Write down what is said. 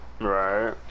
Right